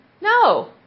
no